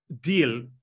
deal